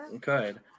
Good